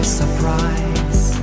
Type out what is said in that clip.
surprise